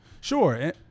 Sure